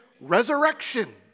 resurrection